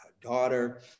daughter